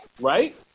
Right